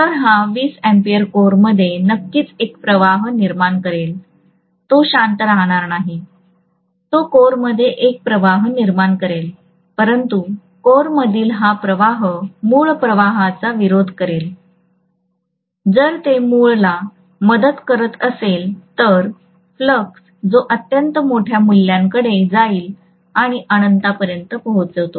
तर हा 20A कोरमध्ये नक्कीच एक प्रवाह निर्माण करेल तो शांत राहणार नाही तो कोरमध्ये एक प्रवाह निर्माण करेल परंतु कोरमधील हा प्रवाह मूळ प्रवाहाचा विरोध करेल जर ते मूळला मदत करत असेल तर फ्लक्स जो अत्यंत मोठ्या मूल्यांकडे जाईल आणि अनंतापर्यंत पोहोचतो